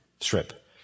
strip